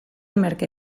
merke